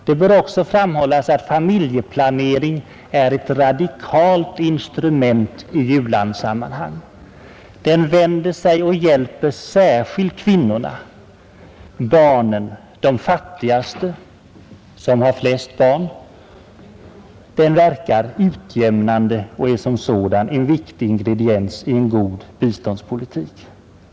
Det bör också framhållas att familjeplanering är ett radikalt instrument i u-landssammanhang. Den vänder sig till och hjälper särskilt kvinnorna, barnen — och de fattigaste, som ju har flest barn. Den verkar alltså utjämnande och är som sådan en viktig ingrediens i en god biståndspolitik.